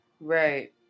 Right